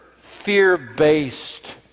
fear-based